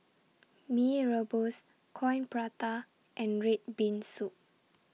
Mee Rebus Coin Prata and Red Bean Soup